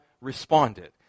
responded